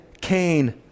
Cain